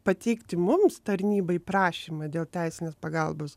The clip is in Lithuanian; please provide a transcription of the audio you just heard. pateikti mums tarnybai prašymą dėl teisinės pagalbos